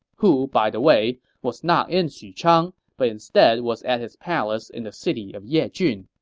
who, by the way, was not in xuchang but instead was at his palace in the city of yejun.